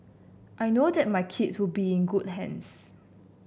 I know that my kids would be in good hands